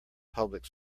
public